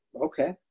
okay